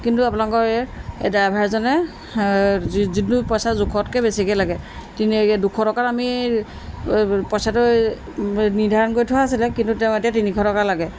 কিন্তু আপোনালোকৰ এই ড্ৰাইভাৰজনে যোনটো পইচা জোখতকৈ বেছিকৈ লাগে তিনি দুশ টকাৰ আমি পইচাটো নিৰ্ধাৰণ কৰি থোৱা আছিলে কিন্তু তেওঁ এতিয়া তিনিশ টকা লাগে